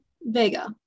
Vega